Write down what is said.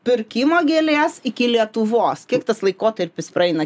pirkimo gėlės iki lietuvos kiek tas laikotarpis praeina